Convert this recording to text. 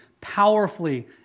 powerfully